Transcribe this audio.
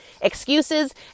excuses